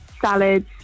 salads